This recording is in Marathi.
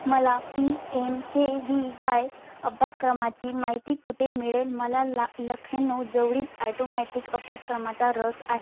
मला P M K V Y अभ्यासक्रमाची माहिती कुठे मिळेल मला ला लखनऊ जवळील ॲटोमॅटिक अभ्यासक्रमाचा रस आहे